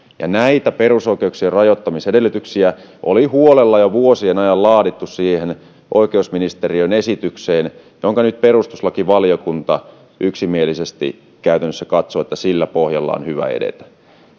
näitä perusoikeuksien rajoittamisedellytyksiä oli huolella jo vuosien ajan laadittu siihen oikeusministeriön esitykseen josta nyt perustuslakivaliokunta yksimielisesti käytännössä katsoo että siltä pohjalta on hyvä edetä